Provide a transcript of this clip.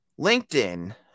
LinkedIn